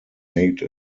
made